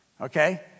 Okay